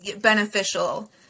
beneficial